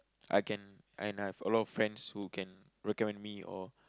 I can and I've a lot of friends who can recommend me or